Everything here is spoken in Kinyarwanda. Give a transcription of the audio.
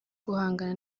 guhangana